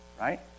right